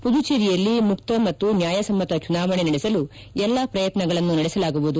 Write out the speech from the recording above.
ಪದುಚೇರಿಯಲ್ಲಿ ಮುಕ್ತ ಮತ್ತು ನ್ಯಾಯ ಸಮ್ನತ ಚುನಾವಣೆ ನಡೆಸಲು ಎಲ್ಲಾ ಪ್ರಯತ್ನಗಳನ್ನು ನಡೆಸಲಾಗುವುದು